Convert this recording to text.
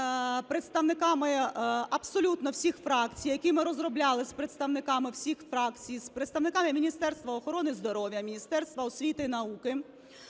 представниками абсолютно всіх фракцій, який ми розробляли з представниками всіх фракцій, з представниками Міністерства охорони здоров'я, Міністерства освіти і науки,